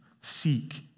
Seek